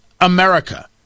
America